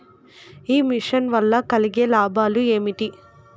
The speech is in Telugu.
ఈ మిషన్ వల్ల కలిగే లాభాలు ఏమిటి?